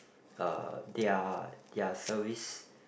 uh their their service